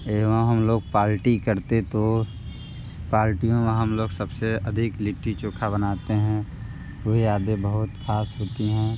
एवम हम लोग पार्टी करते तो पार्टीयों में हम लोग सबसे अधिक लिट्टी चोखा बनाते हैं वह यादें बहुत ख़ास होती हैं